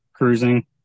cruising